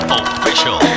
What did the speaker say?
official